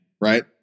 right